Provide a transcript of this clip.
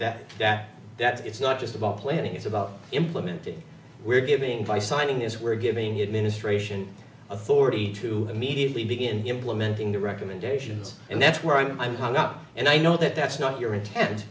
that that that it's not just about planning it's about implementing we're giving by signing this we're giving it ministration authority to immediately begin implementing the recommendations and that's where i'm hung up and i know that that's not your intent